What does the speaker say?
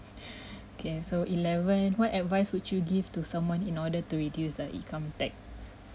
okay so eleven what advice would you give to someone in order to reduce their income tax